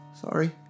Sorry